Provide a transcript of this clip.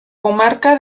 comarca